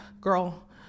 girl